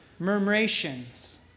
murmurations